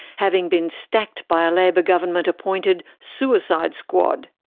having been stacked by a labor government appointed suicide squad.